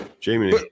jamie